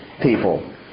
people